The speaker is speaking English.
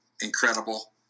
incredible